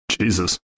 Jesus